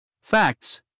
Facts